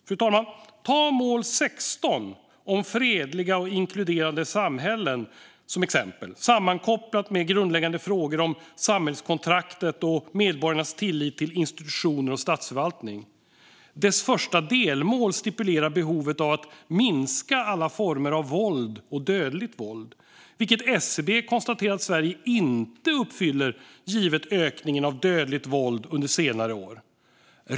Fru talman! Ta mål 16 om fredliga och inkluderande samhällen som exempel. Det är sammankopplat med grundläggande frågor om samhällskontraktet och medborgarnas tillit till institutioner och statsförvaltning. Dess första delmål stipulerar behovet av att minska alla former av våld och dödligt våld, vilket SCB konstaterar att Sverige inte uppfyller givet ökningen av dödligt våld under senare år.